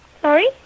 Sorry